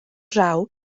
draw